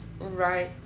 right